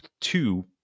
two